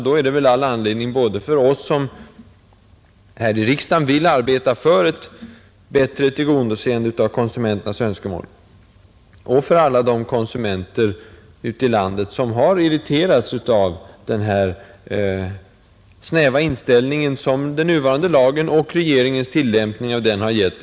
Det är värt att notera både för oss som här i riksdagen vill arbeta för ett bättre tillgodoseende av konsumenternas önskemål och för alla de konsumenter som har irriterats av den snäva inställning, som den nuvarande lagen — och regeringens tillämpning av den — åstadkommit.